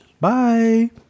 bye